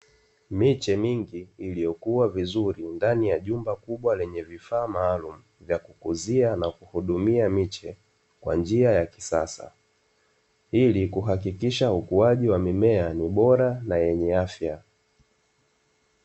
Miche mingi, iliyokua vizuri ndani ya nyumba kubwa lenye vifaa maalumu vya kuuzia na kukuzia miche kwa njia ya kisasa ili kuhakikisha ukuaji wa mimea ni ubora na yenye afya.